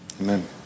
amen